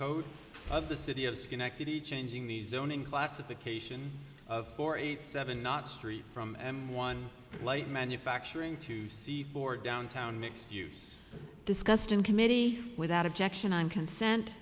code of the city of schenectady changing the zoning classification of four eight seven not street from and one light manufacturing to see for downtown mixed use discussed in committee without objection on consent